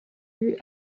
élu